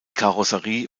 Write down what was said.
karosserie